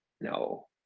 no